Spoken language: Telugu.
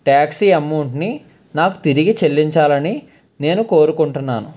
ట్యాక్సీ అమౌంట్ని నాకు తిరిగి చెల్లించాలని నేను కోరుకుంటున్నాను